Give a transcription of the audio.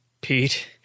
Pete